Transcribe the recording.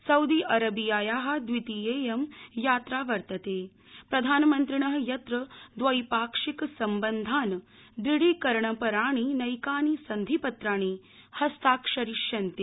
Saudi अरबियायाः दवितीयेयं यात्रा वर्तते प्रधानमन्त्रिणः यत्र द्वैपाक्षिक सम्बन्धान् दृढीकरणपराणि नैकानि सन्धिपत्राणि हस्ताक्षरिष्यन्ते